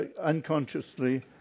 unconsciously